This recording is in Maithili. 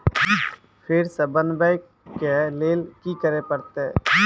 फेर सॅ बनबै के लेल की करे परतै?